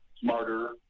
smarter